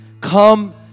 Come